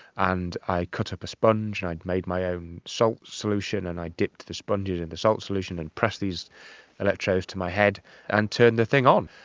and i cut up a sponge and i had made my own salt so solution and i dipped the sponges in the salt solution and pressed these electrodes to my head and turned the thing on.